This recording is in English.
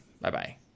Bye-bye